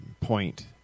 point